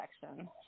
section